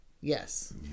Yes